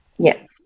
Yes